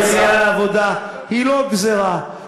יציאה לעבודה היא לא גזירה.